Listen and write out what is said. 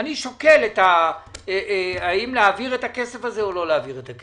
אני שוקל האם להעביר את הכסף הזה או לא להעביר אותו.